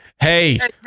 Hey